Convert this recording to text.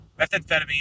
methamphetamine